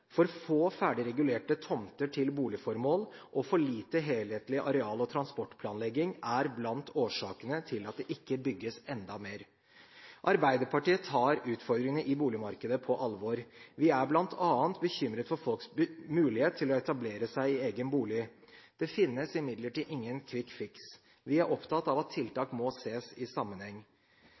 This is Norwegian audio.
for få ferdigregulerte tomter til boligformål og for lite helhetlig areal- og transportplanlegging er blant årsakene til at det ikke bygges enda mer. Arbeiderpartiet tar utfordringene i boligmarkedet på alvor. Vi er bl.a. bekymret for folks mulighet til å etablere seg i egen bolig. Det finnes imidlertid ingen quick fix. Vi er opptatt av at tiltak må ses i sammenheng.